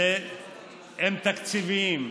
הם תקציביים.